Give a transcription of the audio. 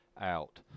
out